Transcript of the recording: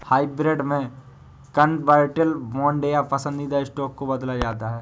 hybrid में convertible bond या पसंदीदा स्टॉक को बदला जाता है